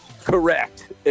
Correct